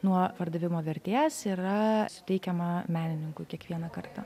nuo pardavimo vertės yra suteikiama menininkui kiekvieną kartą